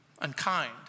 unkind